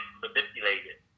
manipulated